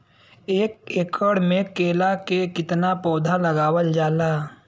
एक एकड़ में केला के कितना पौधा लगावल जाला?